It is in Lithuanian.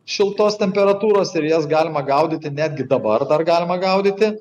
šiltos temperatūros ir jas galima gaudyti netgi dabar dar galima gaudyti